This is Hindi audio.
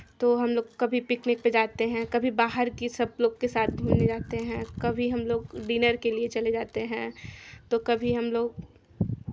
तो हमलोग कभी पिकनिक पे जाते हैं कभी बाहर की सब लोग के साथ घूमने जाते हैं कभी हमलोग डिनर के लिए चले जाते हैं तो कभी हमलोग